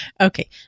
Okay